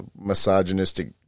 misogynistic